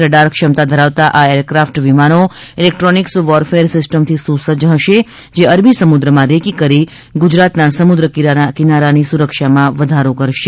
radar ક્ષમતા ધરાવતા આ એરક્રાફ્ટ વિમાનો ઇલેક્ટ્રોનિક્સ વોરફેર સિસ્ટમથી સુસજ્જ હશે જે અરબી સમુદ્રમાં રેકી કરી ગુજરાતના સમુદ્ર કિનારાની સુરક્ષામાં વધારો કરશે